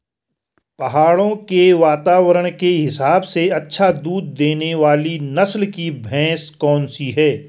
पहाड़ों के वातावरण के हिसाब से अच्छा दूध देने वाली नस्ल की भैंस कौन सी हैं?